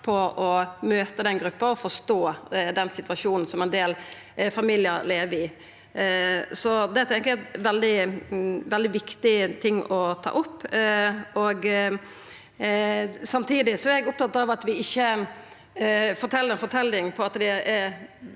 på å møta den gruppa og forstå den situasjonen som ein del familiar lever i. Det tenkjer eg er ein veldig viktig ting å ta opp. Samtidig er eg opptatt av at vi ikkje fortel ei forteljing om at det